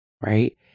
Right